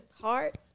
Heart